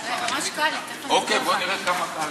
אדוני היושב-ראש, כנסת